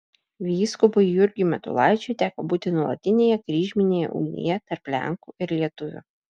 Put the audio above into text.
vyskupui jurgiui matulaičiui teko būti nuolatinėje kryžminėje ugnyje tarp lenkų ir lietuvių